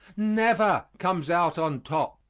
never comes out on top.